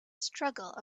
struggle